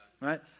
right